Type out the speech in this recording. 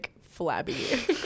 Flabby